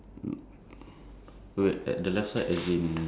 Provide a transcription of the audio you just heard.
ya the steering wheel is on the right side